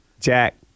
Jack